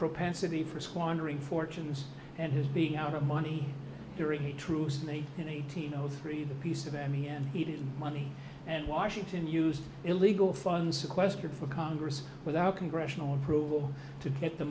propensity for squandering fortunes and his being out of money during a true snake in eighteen zero three the piece of m e n he didn't money and washington used illegal fund sequestered for congress without congressional approval to get the